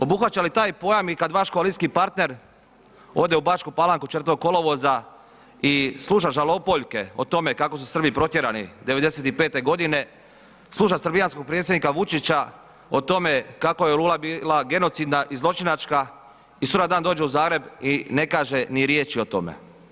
Obuhvaća li taj pojam i kada vaš koalicijski partner ode u Bačku Palanku 4. kolovoza i sluša žalopojke o tome kako su Srbi protjerani '95. godine, sluša srbijanskog predsjednika Vučića o tome kako je … bila genocidna i zločinačka i sutradan dođe u Zagreb i ne kaže ni riječi o tome.